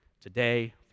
today